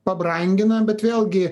pabrangina bet vėlgi